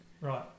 Right